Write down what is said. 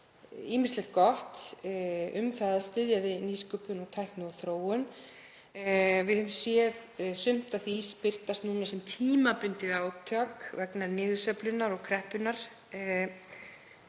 ýmislegt gott varðandi það að styðja við nýsköpun, tækni og þróun. Við höfum séð sumt af því birtast núna sem tímabundið átak vegna niðursveiflunnar og kreppunnar,